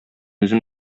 үзем